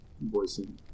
voicing